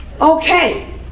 Okay